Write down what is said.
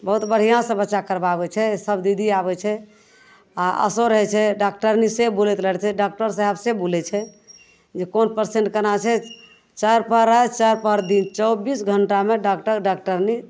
बहुत बढ़िआँसँ बच्चा करबाबय छै सब दीदी आबय छै आओर आशो रहय छै डॉक्टरनी से बुलैत रहय छै डॉक्टर साहब से बुलय छै जे कोन पेसेंट केना छै चारि पहर राति चारि पहर दिन चौबीस घण्टामे डॉक्टर डाक्टरनी